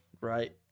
right